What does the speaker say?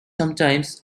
sometimes